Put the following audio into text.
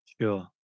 Sure